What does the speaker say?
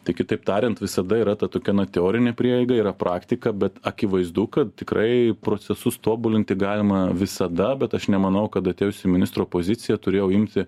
tai kitaip tariant visada yra ta tokia teorinė prieiga yra praktika bet akivaizdu kad tikrai procesus tobulinti galima visada bet aš nemanau kad atėjus į ministro poziciją turėjau imti